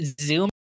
zoom